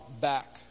back